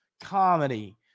comedy